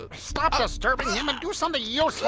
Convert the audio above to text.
ah stop disturbing him and do something useful!